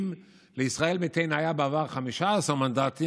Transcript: אם לישראל ביתנו היו בעבר 15 מנדטים,